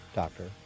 doctor